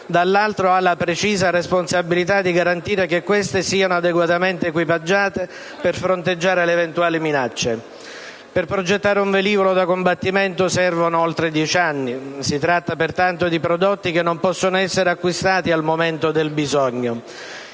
dall'altro, ha la precisa responsabilità di garantire che queste siano adeguatamente equipaggiate per fronteggiare eventuali minacce. Per progettare un velivolo da combattimento servono oltre dieci anni. Si tratta pertanto di prodotti che non possono essere acquistati al momento del bisogno.